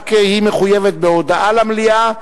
ורק היא מחויבת בהודעה למליאה,